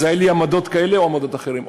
אז היו לי עמדות כאלה או עמדות אחרות.